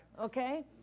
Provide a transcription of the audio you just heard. Okay